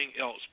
else